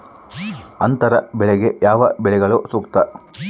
ಅಂತರ ಬೆಳೆಗೆ ಯಾವ ಬೆಳೆಗಳು ಸೂಕ್ತ?